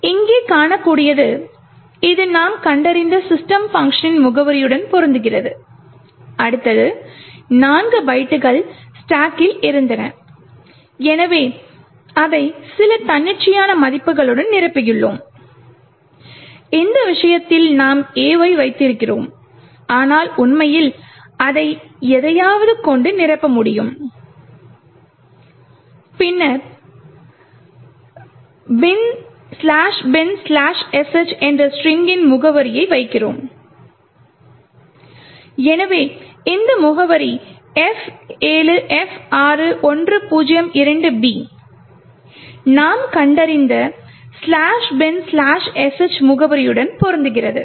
இங்கே காணக்கூடியது இது நாம் கண்டறிந்த system பங்க்ஷனின் முகவரியுடன் பொருந்துகிறது அடுத்தது 4 பைட்டுகள் ஸ்டாக்கில் இருந்தன எனவே அதை சில தன்னிச்சையான மதிப்புகளுடன் நிரப்புகிறோம் இந்த விஷயத்தில் நாம் A ஐ வைத்திருக்கிறோம் ஆனால் உண்மையில் அதை எதையாவது கொண்டு நிரப்ப முடியும் பின்னர் " bin sh" என்ற ஸ்ட்ரிங்கின் முகவரியை வைக்கிறோம் எனவே இந்த முகவரி F7F6102B நாம் கண்டறிந்த " bin sh" முகவரியுடன் பொருந்துகிறது